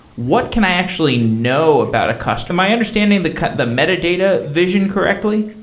what can i actually know about a cost? am i understanding the the metadata vision correctly?